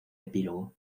epílogo